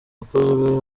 wakozwe